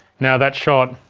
now that shot,